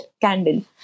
candle